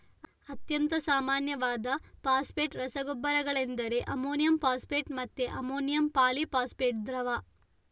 ಅತ್ಯಂತ ಸಾಮಾನ್ಯವಾದ ಫಾಸ್ಫೇಟ್ ರಸಗೊಬ್ಬರಗಳೆಂದರೆ ಅಮೋನಿಯಂ ಫಾಸ್ಫೇಟ್ ಮತ್ತೆ ಅಮೋನಿಯಂ ಪಾಲಿ ಫಾಸ್ಫೇಟ್ ದ್ರವ